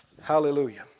Hallelujah